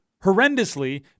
horrendously